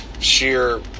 sheer